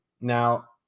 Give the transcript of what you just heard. Now